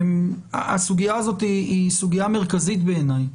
הסוגיה הזאת היא סוגיה מרכזית בעיניי.